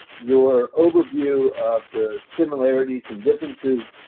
your overview of the similarities and differences